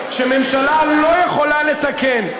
שממשלה לא יכולה לתקן.